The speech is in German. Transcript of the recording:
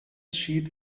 schied